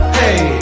hey